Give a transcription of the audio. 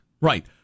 right